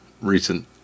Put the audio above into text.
recent